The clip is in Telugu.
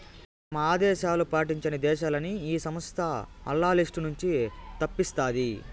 తమ ఆదేశాలు పాటించని దేశాలని ఈ సంస్థ ఆల్ల లిస్ట్ నుంచి తప్పిస్తాది